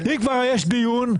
אם כבר יש דיון,